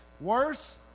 Worse